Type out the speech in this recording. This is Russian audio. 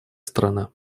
страна